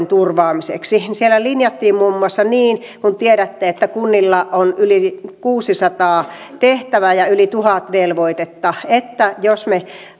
turvaamiseksi niin siellä linjattiin muun muassa niin kun tiedätte että kunnilla on yli kuusisataa tehtävää ja yli tuhat velvoitetta että jos me